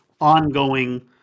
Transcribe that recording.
ongoing